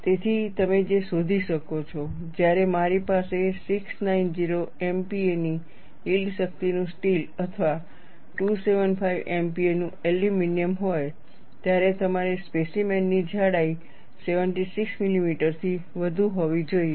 તેથી તમે જે શોધી શકો છો જ્યારે મારી પાસે 690 MPa ની યીલ્ડ શક્તિનું સ્ટીલ અથવા 275 MPaનું એલ્યુમિનિયમ હોય ત્યારે તમારે સ્પેસીમેન ની જાડાઈ 76 મિલીમીટરથી વધુ હોવી જોઈએ